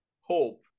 hope